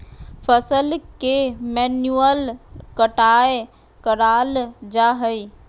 फसल के मैन्युअल कटाय कराल जा हइ